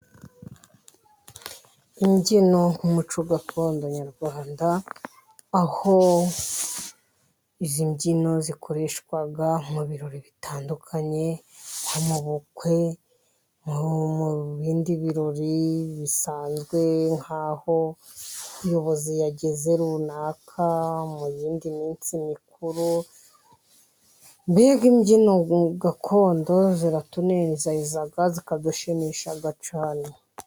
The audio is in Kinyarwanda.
Imbyino nk'umuco gakondo nyarwanda aho izi mbyino zikoreshwa mu birori bitandukanye nko mu bukwe, mu bindi birori bisanzwe nk'aho umuyobozi yageze runaka mu yindi minsi mikuru mbega imbyino gakondo ziratunezeza zikadushimisha cyane.